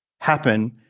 happen